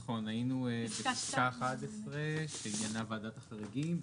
נכון, היינו בפסקה 11 שעניינה ועדת החריגים.